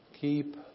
Keep